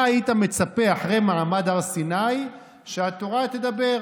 מה היית מצפה אחרי מעמד הר סיני שהתורה תדבר?